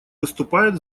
выступает